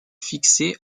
fixé